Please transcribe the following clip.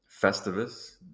Festivus